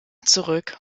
zurück